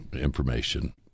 information